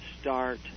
start